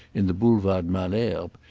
in the boulevard malesherbes,